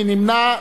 מי נמנע?